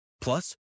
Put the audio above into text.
Plus